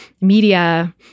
media